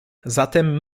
zatem